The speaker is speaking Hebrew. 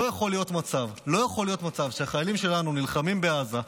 לא יכול להיות מצב שהחיילים שלנו נלחמים בעזה,